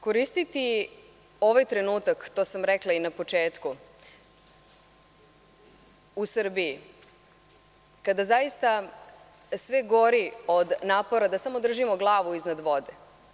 Koristiti ovaj trenutak, to sam rekla i na početku, u Srbiji, kada zaista gori od napora da samo držimo glavu iznad vode.